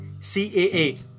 CAA